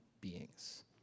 beings